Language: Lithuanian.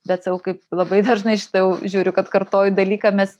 bet sakau kaip labai dažnai šitą jau žiūriu kad kartoju dalyką mes